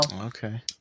okay